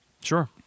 Sure